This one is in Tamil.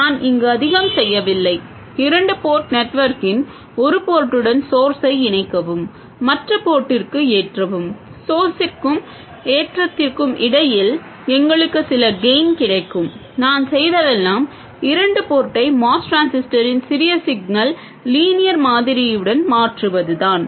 நான் இங்கு அதிகம் செய்யவில்லை இரண்டு போர்ட் நெட்வொர்க்கின் ஒரு போர்ட்டுடன் ஸோர்ஸை இணைக்கவும் மற்ற போர்ட்டிற்கு ஏற்றவும் ஸோர்ஸிற்கும் ஏற்றத்திற்கும் இடையில் எங்களுக்கு சில கெய்ன் கிடைக்கும் நான் செய்ததெல்லாம் இரண்டு போர்ட்டைடை MOS டிரான்சிஸ்டரின் சிறிய சிக்னல் லீனியர் மாதிரியுடன் மாற்றுவதுதான்